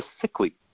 sickly